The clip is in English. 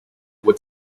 with